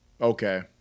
Okay